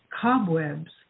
cobwebs